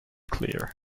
clear